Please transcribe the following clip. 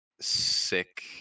sick